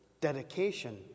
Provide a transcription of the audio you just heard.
dedication